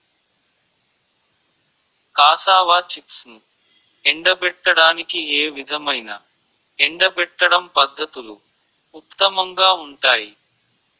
Cassava చిప్స్ను ఎండబెట్టడానికి ఏ విధమైన ఎండబెట్టడం పద్ధతులు ఉత్తమంగా ఉంటాయి?